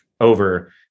over